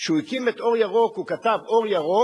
כשהוא הקים את "אור ירוק" הוא כתב: "אור ירוק"